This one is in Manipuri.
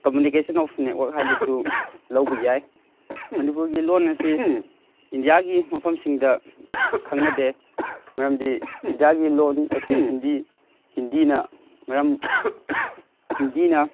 ꯀꯃꯨꯅꯤꯀꯦꯁꯟ ꯑꯣꯐ ꯅꯦꯠꯋꯥꯔꯛ ꯍꯥꯏꯅꯁꯨ ꯂꯧꯕ ꯌꯥꯏ ꯃꯅꯤꯄꯨꯔꯒꯤ ꯂꯣꯟ ꯑꯁꯤ ꯏꯟꯗꯤꯌꯥꯒꯤ ꯃꯐꯝꯁꯤꯡꯗ ꯈꯪꯅꯗꯦ ꯃꯔꯝꯗꯤ ꯏꯟꯗꯤꯌꯥꯒꯤ ꯂꯣꯟ ꯑꯁꯤ ꯍꯤꯟꯗꯤ ꯍꯤꯟꯗꯤꯅ ꯃꯔꯝ ꯍꯤꯟꯗꯤꯅ